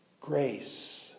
grace